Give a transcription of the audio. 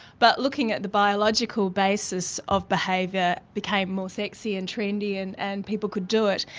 but looking at the biological basis of behaviour became more sexy and trendy and and people could do it.